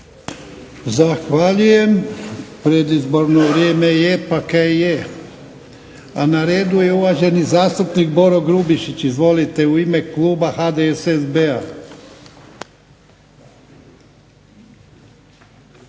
Zahvaljujem. Predizborno vrijeme je pa kaj je. A na redu je uvaženi zastupnik Boro Grubišić, izvolite, u ime kluba HDSSB-a.